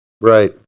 Right